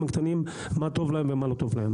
הקטנים מה טוב להם ומה לא טוב להם.